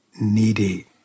needy